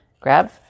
Grab